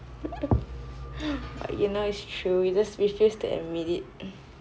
but you know it's true you just refused to admit it